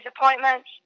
appointments